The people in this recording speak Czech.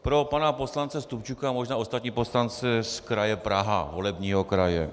Pro pana poslance Stupčuka, možná i ostatní poslance z kraje Praha, volebního kraje.